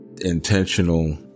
intentional